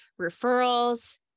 referrals